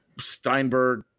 Steinberg